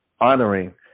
honoring